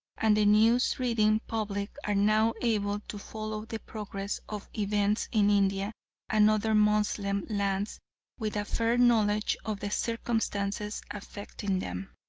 and the news-reading public are now able to follow the progress of events in india and other moslem lands with a fair knowledge of the circumstances affecting them.